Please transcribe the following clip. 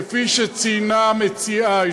כפי שציינה המציעה,